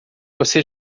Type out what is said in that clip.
você